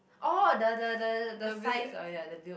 oh the the the the size oh ya the build